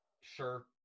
sure